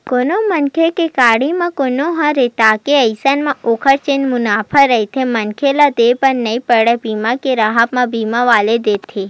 कोनो मनखे के गाड़ी म कोनो ह रेतागे अइसन म ओखर जेन मुवाजा रहिथे मनखे ल देय बर नइ परय बीमा के राहब म बीमा वाले देथे